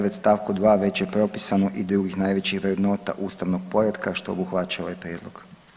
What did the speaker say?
9 st. 2 već je propisano i drugih najvećih vrednota ustavnog poretka, što obuhvaća ovaj Prijedlog.